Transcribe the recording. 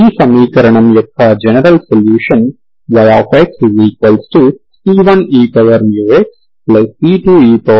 ఈ సమీకరణం యొక్క జనరల్ సొల్యూషన్ yxc1eμxc2e μx అవుతుంది